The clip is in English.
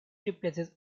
replaces